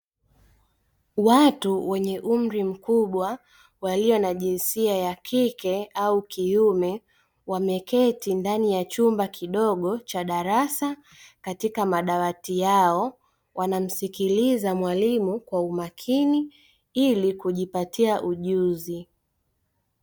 Watu wenye umri mkubwa walio na jinsia ya kike au kiume, wameketi ndani ya chumba kidogo cha darasa katika madawati yao, wanamsikiliza mwalimu kwa umakini ili kujipatia ujuzi.